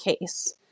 case